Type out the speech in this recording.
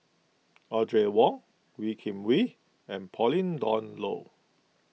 Audrey Wong Wee Kim Wee and Pauline Dawn Loh